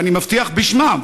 ואני מבטיח בשמם,